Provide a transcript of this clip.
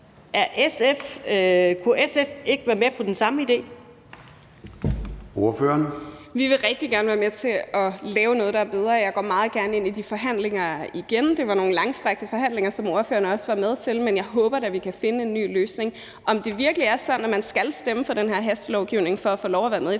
Kunne SF ikke være med på den samme idé?